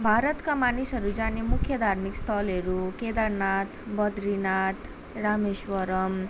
भारतका मानिसहरू जाने मुख्य धार्मिक स्थलहरू केदारनाथ बद्रीनाथ रामेश्वरम